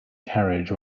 carriage